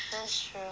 that's true